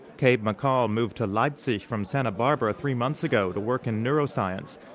cabe mccall moved to leipzig from santa barbara three months ago to work in neuroscience.